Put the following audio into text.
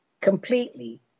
Completely